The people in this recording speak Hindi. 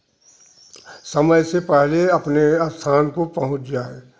समय से पहले अपने स्थान को पहुँच जाए